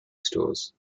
stores